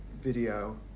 video